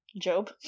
Job